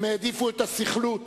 הם העדיפו את הסכלות,